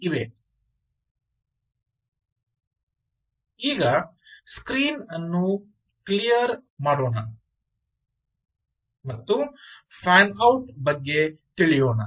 ಈಗ ಸ್ಕ್ರೀನ್ ಅನ್ನು ಕ್ಲಿಯರ್ ಮಾಡೋಣ ಮತ್ತು ಫ್ಯಾನ್ ಔಟ್ ಬಗ್ಗೆ ತಿಳಿಯೋಣ